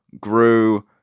grew